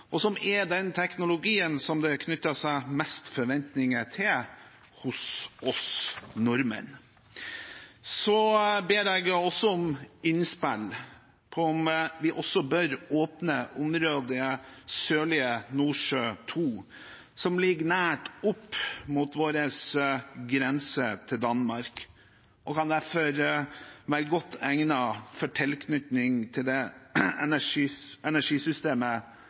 vindkraft, som er den teknologien som det knytter seg mest forventninger til hos oss nordmenn. Så ber jeg om innspill på om vi også bør åpne området Sørlige Nordsjø II, som ligger nært opp mot vår grense til Danmark. Det kan derfor vært godt egnet for tilknytning til det energisystemet